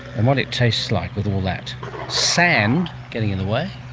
and what it tastes like with all that sand getting in the way, i